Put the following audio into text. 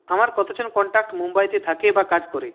আমার কতজন কন্ট্যাক্ট মুম্বাইতে থাকে বা কাজ করে